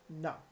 No